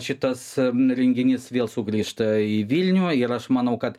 šitas renginys vėl sugrįžta į vilnių ir aš manau kad